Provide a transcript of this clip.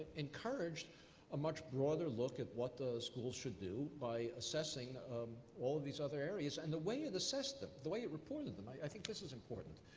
encouraged a much broader look at what the schools should do by assessing um all these other areas. and the way it assessed them, the way it reported them i think this is important.